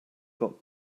got